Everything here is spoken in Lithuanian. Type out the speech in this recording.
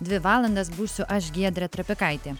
dvi valandas būsiu aš giedrė trapikaitė